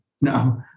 no